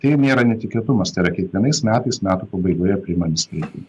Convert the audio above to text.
tai nėra netikėtumas tai yra kiekvienais metais metų pabaigoje priimami sprendimai